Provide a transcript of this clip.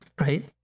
right